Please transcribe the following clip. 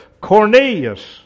Cornelius